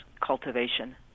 cultivation